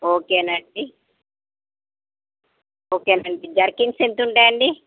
ఓకేనండి జర్కిన్స్ ఎంతుంటాయండి